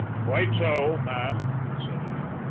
quite so, ma'am, said he,